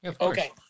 Okay